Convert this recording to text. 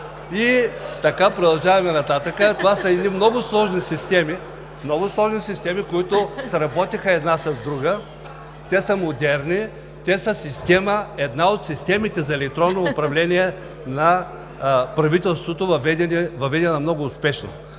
И така, продължаваме нататък. Това са едни много сложни системи, които сработиха една с друга, те са модерни, те са една от системите за електронно управление на правителството, въведена много успешно.